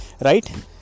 right